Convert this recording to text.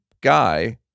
guy